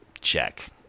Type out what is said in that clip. Check